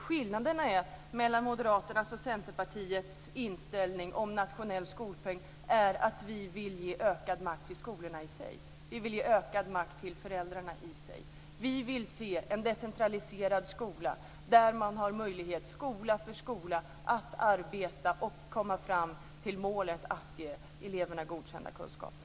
Skillnaden mellan Moderaternas och Centerpartiets inställning till en nationell skolpeng är att vi vill ge ökad makt till skolorna och föräldrarna i sig. Vi vill se en decentraliserad skola där man, skola för skola, har möjlighet att arbeta fram till och nå målet att ge eleverna godkända kunskaper.